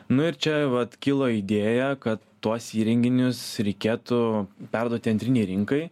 nu ir čia vat kilo idėja kad tuos įrenginius reikėtų perduoti antrinei rinkai